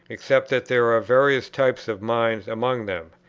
except that there are various types of mind among them,